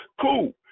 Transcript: cool